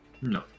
No